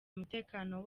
umutekano